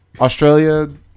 Australia